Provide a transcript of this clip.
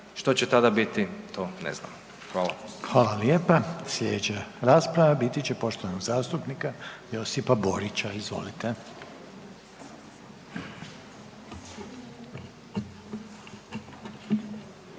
što će tada biti, to ne znamo. Hvala. **Reiner, Željko (HDZ)** Hvala lijepa. Slijedeća rasprava biti će poštovanog zastupnika Josipa Borića, izvolite.